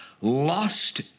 Lost